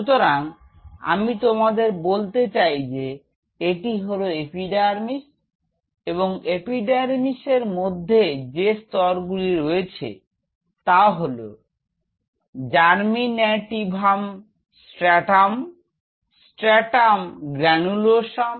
সুতরাং আমি তোমাদের বলতে চাই যে এটি হলো এপিডার্মিস এবং এপিডার্মিস এর মধ্যে যে স্তর গুলি রয়েছে তা হলো Germinativum stratum Stratum Granulosum Stratum Spinosum